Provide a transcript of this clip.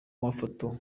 mafoto